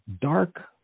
dark